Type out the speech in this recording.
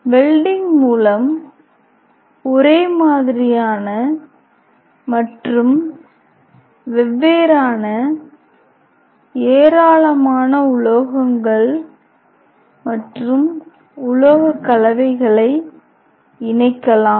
welding மூலம் ஒரே மாதிரியான மற்றும் வெவ்வேறான ஏராளமான உலோகங்கள் உலோகக்கலவைகளை இணைக்கலாம்